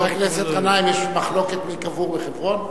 חבר הכנסת גנאים, יש מחלוקת מי קבור בחברון?